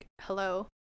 hello